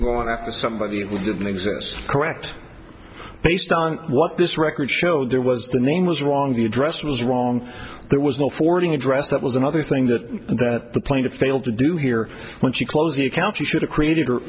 going after somebody who didn't exist correct based on what this record show there was the name was wrong the address was wrong there was no forwarding address that was another thing that the plaintiff failed to do here when she closed the account she should have created